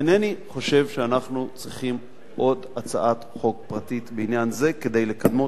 אינני חושב שאנחנו צריכים עוד הצעת חוק פרטית בעניין זה כדי לקדמו.